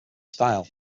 style